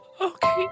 Okay